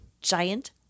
giant